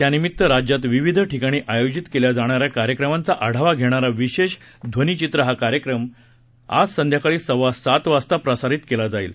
त्यानिमित्त राज्यात विविध ठिकाणी आयोजित केल्या जाणाऱ्या कार्यक्रमांचा आढावा घेणारा विशेष ध्वनीचित्र हा कार्यक्रम आज संध्याकाळी सव्वा सात वाजता प्रसारित केला जाईल